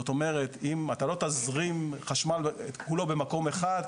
זאת אומרת אתה לא תזרים חשמל כולו במקום אחד,